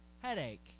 headache